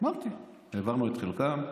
העברנו את חלקם,